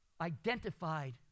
identified